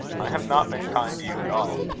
i have not been kind to you at all.